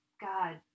God